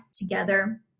together